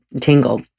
tingle